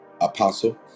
apostle